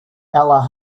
allah